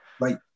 Right